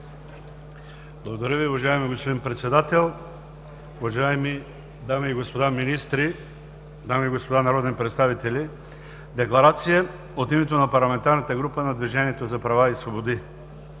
Благодаря Ви, уважаеми господин Председател. Уважаеми дами и господа министри, дами и господа народни представители! Декларация от името на парламентарната група на „Движението за права и свободи“.